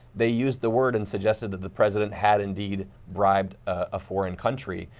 the use the word and suggested the the president had indeed bribed a foreign country.